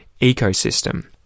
ecosystem